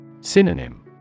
Synonym